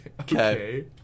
Okay